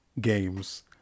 games